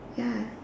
ya